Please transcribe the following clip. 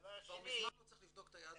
כבר מזמן לא צריך לבדוק את היהדות.